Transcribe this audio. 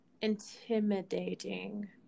intimidating